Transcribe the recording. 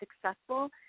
successful